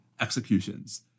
executions